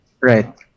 Right